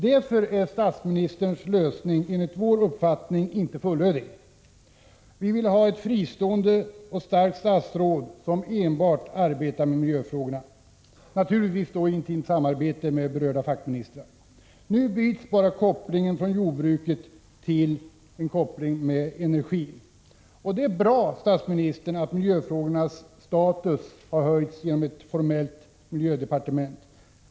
Därför är statsministerns lösning enligt vår mening inte fullödig. Vi vill ha ett fristående statsråd som enbart 95 arbetar med miljöfrågorna, naturligtvis i intimt samarbete med berörda fackministrar. Nu byts bara kopplingen med jordbruket till en koppling med energin. Det är bra, statsministern, att miljöfrågornas status har höjts genom ett formellt miljödepartement.